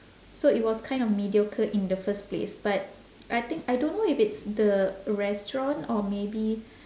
so it was kind of mediocre in the first place but I think I don't know if it's the restaurant or maybe